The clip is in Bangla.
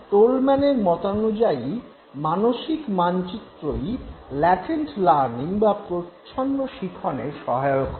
টোলম্যানের মতানুযায়ী মানসিক মানচিত্রই ল্যাটেন্ট লার্নিং বা প্রচ্ছন্ন শিখনে সহায়ক হয়